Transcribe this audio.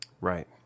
right